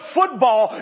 football